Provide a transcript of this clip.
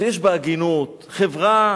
שיש בה הגינות, חברה